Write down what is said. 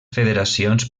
federacions